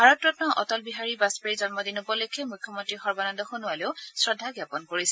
ভাৰতৰন্ন অটল বিহাৰী বাজপেয়ীৰ জন্মদিন উপলক্ষে মুখ্যমন্ত্ৰী সৰ্বানন্দ সোণোৱালে শ্ৰদ্ধা জ্ঞাপন কৰিছে